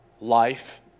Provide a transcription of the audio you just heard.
life